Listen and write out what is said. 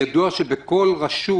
ידוע שבכל רשות